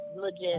legit